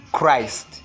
Christ